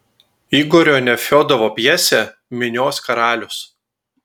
igorio nefiodovo pjesė minios karalius